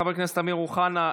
חבר הכנסת אמיר אוחנה,